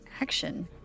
Action